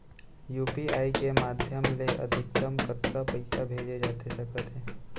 UPI के माधयम ले अधिकतम कतका पइसा भेजे जाथे सकत हे?